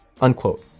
Unquote